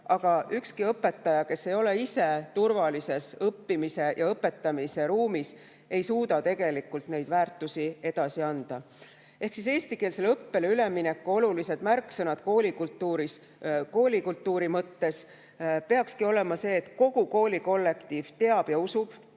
aga ükski õpetaja, kes ei ole ise turvalises õppimise ja õpetamise ruumis, ei suuda tegelikult neid väärtusi edasi anda. Ehk siis eestikeelsele õppele ülemineku olulised märksõnad koolikultuuri mõttes peakski olema need, et kogu kooli kollektiiv teab ja usub